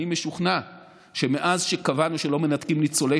אני משוכנע שמאז שקבענו שלא מנתקים ניצולי